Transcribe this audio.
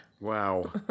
Wow